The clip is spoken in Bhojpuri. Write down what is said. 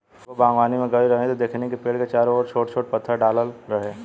एगो बागवानी में गइल रही त देखनी कि पेड़ के चारो ओर छोट छोट पत्थर डालल रहे